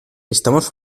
estamos